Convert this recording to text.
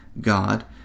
God